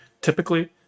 Typically